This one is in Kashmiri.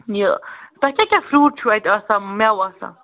یہِ تۄہہِ کیٛاہ کیٛاہ فروٗٹ چھُو اَتھ آسان میٚوٕ آسان